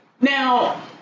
now